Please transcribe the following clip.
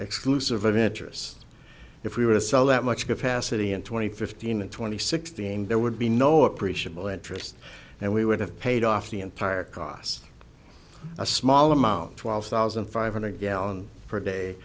exclusive of interest if we were to sell that much capacity in twenty fifteen and twenty sixteen there would be no appreciable interest and we would have paid off the entire cost a small amount twelve thousand five hundred gallons per day